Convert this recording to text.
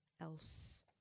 else